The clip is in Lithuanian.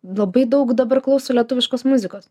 labai daug dabar klauso lietuviškos muzikos